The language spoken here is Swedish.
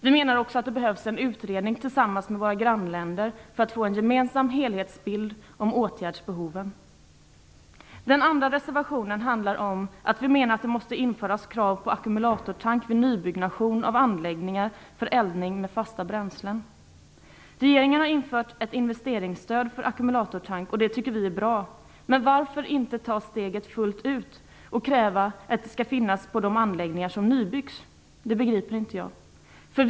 Vi menar också att vi behöver göra en utredning tillsammans med våra grannländer för att få en gemensam helhetsbild av åtgärdsbehoven. Vi menar i den andra reservationen att det måste införas krav på ackumulatortank för nybyggda anläggningar för eldning med fasta bränslen. Regeringen har infört ett investeringsstöd för ackumulatortank, och det tycker vi är bra. Men jag begriper inte varför man inte tar steget fullt ut och kräver att det skall finnas på nybyggda anläggningar.